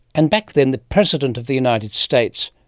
and back then the president of the united states,